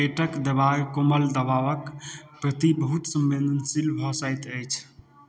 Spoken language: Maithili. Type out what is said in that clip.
पेटके देवाल कोमल दबावके प्रति बहुत सम्वेदनशील भऽ जाइत अछि